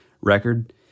record